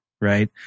right